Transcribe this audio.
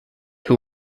who